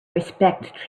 respect